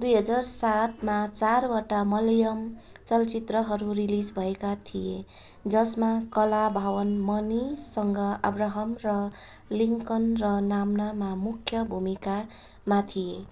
दुई हजार सातमा चारवटा मलयम चलचित्रहरू रिलिज भएका थिए जसमा कलाभवन मणिसँग अब्राहम र लिङ्कन र नाम्नामा मुख्य भूमिकामा थिए